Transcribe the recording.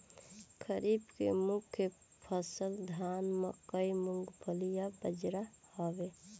खरीफ के मुख्य फसल धान मकई मूंगफली आ बजरा हवे